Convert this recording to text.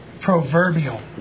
proverbial